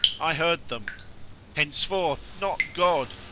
i heard them henceforth, not god!